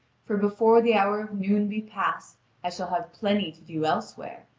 for before the hour of noon be passed i shall have plenty to do elsewhere,